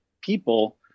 people